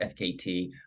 FKT